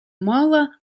мала